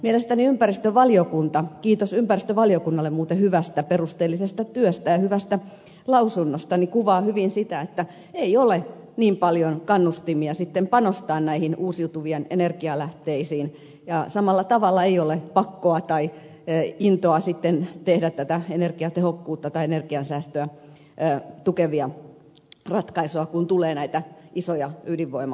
mielestäni ympäristövaliokunta kiitos ympäristövaliokunnalle muuten hyvästä perusteellisesta työstä ja hyvästä lausunnosta kuvaa hyvin sitä että ei ole niin paljon kannustimia sitten panostaa näihin uusiutuviin energialähteisiin ja samalla tavalla ei ole pakkoa tai intoa sitten tehdä energiatehokkuutta tai energiansäästöä tukevia ratkaisuja kun tulee näitä isoja ydinvoimaratkaisuja